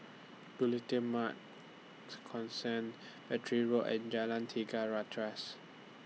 Consent Battery Road and Jalan Tiga Ratus